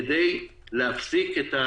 כדי להפסיק.